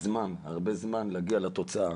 הרבה זמן כדי להגיע לתוצאה.